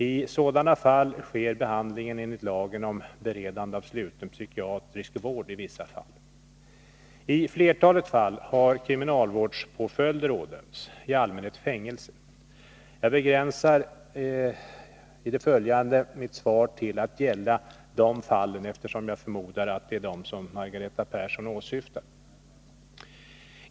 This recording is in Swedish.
I sådana fall sker behandlingen enligt lagen om beredande av sluten psykiatrisk vård i vissa fall. I flertalet fall har kriminalvårdspåföljder, i allmänhet fängelse, ådömts. Jag begränsar i det följande mitt svar till att gälla de fallen, eftersom jag förmodar att det är dem Margareta Persson åsyftar.